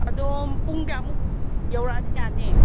ꯑꯗꯣꯝ ꯄꯨꯡ ꯀꯌꯥꯃꯨꯛ ꯌꯧꯔꯛꯑꯗꯤ ꯌꯥꯅꯤ